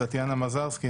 טטיאנה מזרסקי,